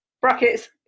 brackets